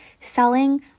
selling